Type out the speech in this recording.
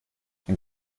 dann